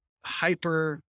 hyper